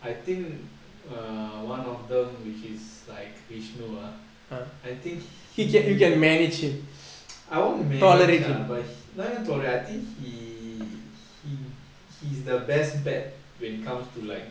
I think err one of them which is like vishnu ah I think he I won't manage ah not even tolerate I think he he he's the best bet when it comes to like